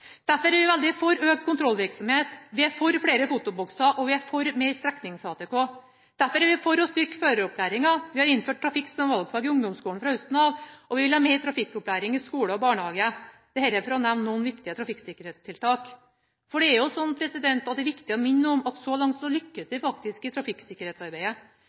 Derfor er vi veldig for økt kontrollvirksomhet, vi er for flere fotobokser, og vi er for mer streknings-ATK. Derfor er vi for å styrke føreropplæringa, vi har innført trafikk som valgfag i ungdomsskolen fra høsten av, og vi vil ha mer trafikkopplæring i skole og barnehage. Dette for å nevne noen viktige trafikksikkerhetstiltak. For det er jo slik at det er viktig å minne om at så langt lykkes vi faktisk i trafikksikkerhetsarbeidet